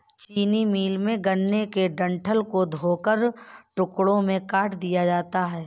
चीनी मिल में, गन्ने के डंठल को धोकर टुकड़ों में काट दिया जाता है